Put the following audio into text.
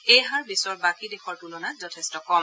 এই হাৰ বিশ্বৰ বাকী দেশৰ তুলনাত যথেষ্ট কম